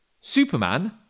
Superman